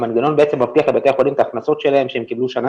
המנגנון מבטיח לבתי חולים את ההכנסות שלהם שהם קיבלו שנה